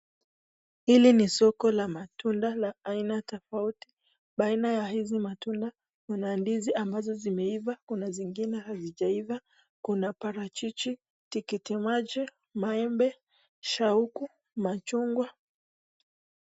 Hili ni soko la matunda la aina tofauti. baina ya hizi matunda kuna ndizi ambazo zimeiva, Kuna zingine hazijaiva. Kuna parachichi, teketemaji, maembe, shauku na machungwa.